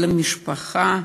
אלא משפחה,